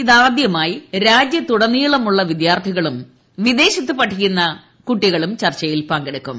ഇതാദ്യമായി രാജ്യത്തുടനീളമുള്ള വിദ്യാർത്ഥികളും വിദ്യേൾത്ത് പഠിക്കുന്ന കുട്ടികളും ചർച്ചയിൽ പങ്കെടുക്കും